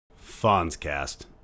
Fonzcast